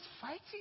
fighting